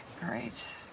great